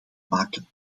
maken